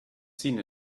seen